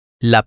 La